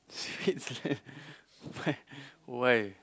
Switzerland why why